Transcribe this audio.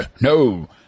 no